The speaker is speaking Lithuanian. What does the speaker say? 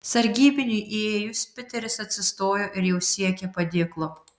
sargybiniui įėjus piteris atsistojo ir jau siekė padėklo